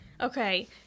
Okay